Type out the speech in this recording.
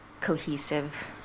cohesive